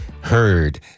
heard